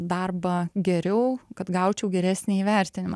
darbą geriau kad gaučiau geresnį įvertinimą